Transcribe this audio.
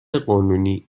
قانونی